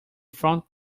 front